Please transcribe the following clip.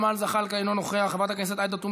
מוצעים שני תיקונים